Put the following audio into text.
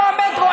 איפה המטרו?